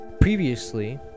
Previously